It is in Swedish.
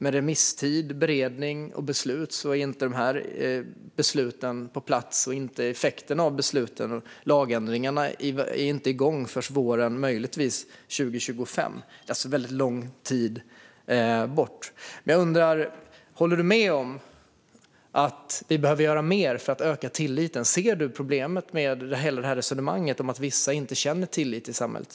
Med remisstid, beredning och beslut är inte besluten på plats och inte heller effekterna av besluten och lagändringarna i gång förrän möjligtvis våren 2025. Det är väldigt lång tid bort. Jag undrar: Håller du med om att vi behöver göra mer för att öka tilliten? Ser du problemet med hela resonemanget om att vissa inte känner tillit till samhället?